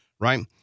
right